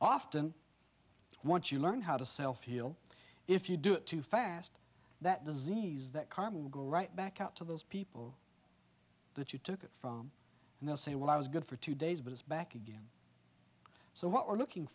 often once you learn how to self heal if you do it too fast that disease that karma will go right back out to those people that you took it from and they'll say well i was good for two days but it's back again so what we're looking